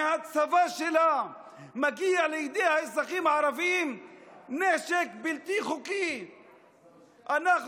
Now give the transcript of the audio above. מהצבא שלה מגיע נשק בלתי חוקי לידי האזרחים הערבים.